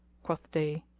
quoth they,